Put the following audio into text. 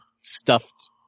stuffed